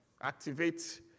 Activate